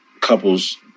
couples